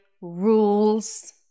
rules